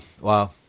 Wow